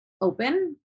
open